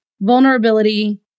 vulnerability